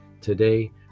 today